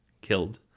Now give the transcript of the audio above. killed